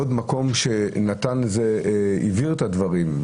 עוד מקום שהבהיר את הדברים.